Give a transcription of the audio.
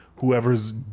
whoever's